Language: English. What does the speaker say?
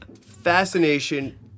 fascination